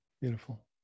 Beautiful